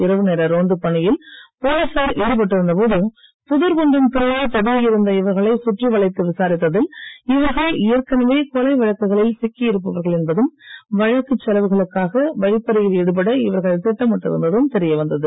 இரவு நேர ரோந்துப் பணியில் போலீசார் ஈடுபட்டிருந்த போது புதர் ஒன்றின் பின்னால் பதுங்கி இருந்த இவர்களை சுற்றி வளைத்து விசாரித்ததில் இவர்கள் ஏற்கனவே கொலை வழக்குகளில் சிக்கி இருப்பவர்கள் என்பதும் வழக்குச் செலவுகளுக்காக வழிப்பறியில் ஈடுபட இவர்கள் திட்டமிட்டு இருந்ததும் தெரிய வந்தது